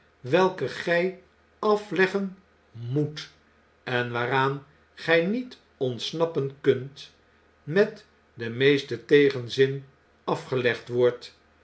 welke gg aileggen moet en waaraan gg niet ontsnappen kunt met den meesten tegenzin afgelegd wordt